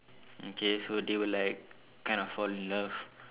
okay so they would like kind of fall in love